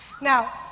Now